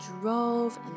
drove